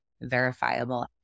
verifiable